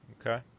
Okay